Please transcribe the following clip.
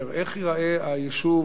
איך ייראה היישוב?